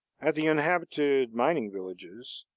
at the inhabited mining villages,